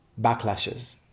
backlashes